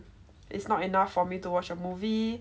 it's not enough for me to watch a movie